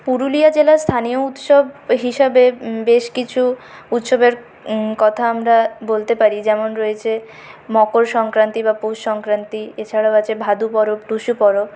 পুরুলিয়া জেলার স্থানীয় উৎসব হিসাবে বেশ কিছু উৎসবের কথা আমরা বলতে পারি যেমন রয়েছে মকর সংক্রান্তি বা পৌষ সংক্রান্তি এছাড়াও আছে ভাদু পরব টুসু পরব